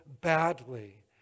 badly